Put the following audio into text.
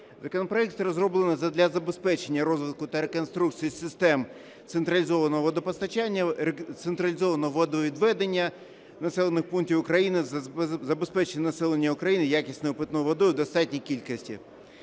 Законопроект розроблено задля забезпечення розвитку та реконструкції систем централізованого водопостачання, централізованого водовідведення населених пунктів України, забезпечення населення України якісною питною водою в достатній кількості.